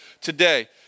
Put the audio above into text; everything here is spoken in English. today